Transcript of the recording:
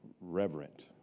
reverent